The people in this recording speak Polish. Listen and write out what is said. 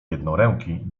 jednoręki